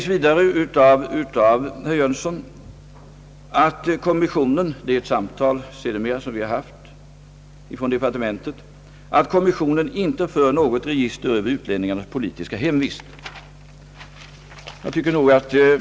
Vid ett samtal som vi haft från departementet säger herr Jönsson vidare att kommissionen inte för något register över utlänningarnas politiska hemvist.